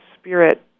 spirit